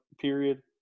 period